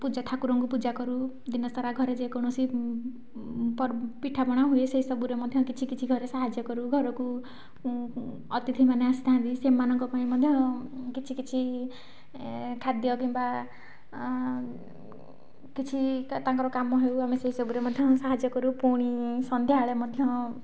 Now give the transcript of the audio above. ପୂଜା ଠାକୁରଙ୍କୁ ପୂଜାକରୁ ଦିନସାରା ଘରେ ଯେକୌଣସି ପିଠାପଣା ହୁଏ ସେସବୁରେ ମଧ୍ୟ କିଛି କିଛି ଘରେ ସାହାଯ୍ୟ କରୁ ଘରକୁ ଅତିଥିମାନେ ଆସିଥାନ୍ତି ସେମାନଙ୍କ ପାଇଁ ମଧ୍ୟ କିଛି କିଛି ଏ ଖାଦ୍ୟ କିମ୍ବା କିଛି ତାଙ୍କର କାମ ହେଉ ଆମେ ସେହିସବୁରେ ମଧ୍ୟ ସାହାଯ୍ୟ କରୁ ପୁଣି ସନ୍ଧ୍ୟାବେଳେ ମଧ୍ୟ